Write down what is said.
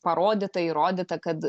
parodyta įrodyta kad